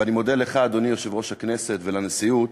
ואני מודה לך, אדוני יושב-ראש הכנסת, ולנשיאות